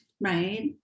right